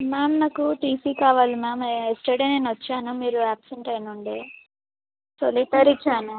ma'am నాకు TC కావాలి ma'am yesterday నేను వచ్చాను మీరు అబ్సెంట్ అయ్యి ఉండే సో లెటర్ ఇచ్చాను